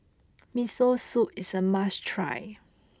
Miso Soup is a must try